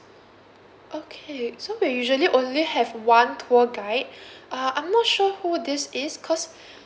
okay so we usually only have one tour guide uh I'm not sure who this is cause